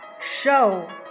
show